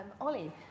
Ollie